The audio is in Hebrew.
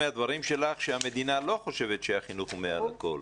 מהדברים שלך אפשר להבין שהמדינה לא חושבת שהחינוך הוא מעל הכול.